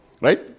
right